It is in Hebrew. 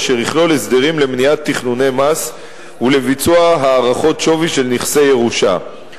אשר יכלול הסדרים למניעת תכנוני מס ולביצוע הערכות שווי של נכסי ירושה.